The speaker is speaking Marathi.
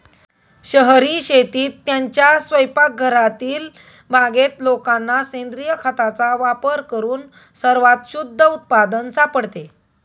शहरी शेतीत, त्यांच्या स्वयंपाकघरातील बागेत लोकांना सेंद्रिय खताचा वापर करून सर्वात शुद्ध उत्पादन सापडते